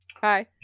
Hi